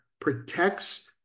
protects